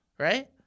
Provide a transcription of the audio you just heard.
Right